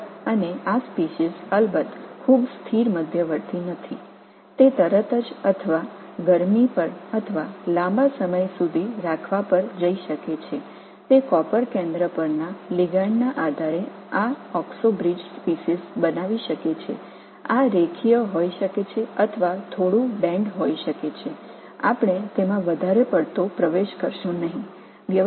நீங்கள் இங்கே இங்கே பார்க்கும் இந்த இனங்கள் மிகவும் நிலையான இடைநிலை இல்லை அது உடனடியாகவோ அல்லது சூடாக்கும்போதோ அல்லது நீண்ட நேரம் வைத்திருக்கவோ முடியும் இது காப்பர் மையத்தில் உள்ள லிகாண்ட் பொறுத்து இந்த ஆக்சோப்ரிட்ஜ் இனங்களை உருவாக்கலாம் இவை நேராகவோ அல்லது சிறிது வளைந்தோ இருக்கலாம் நாம் அதை பார்க்கப்போவது இல்லை